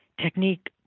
technique